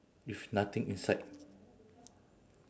with nothing inside